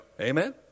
Amen